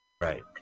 Right